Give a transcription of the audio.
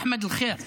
אחמד ח'יר.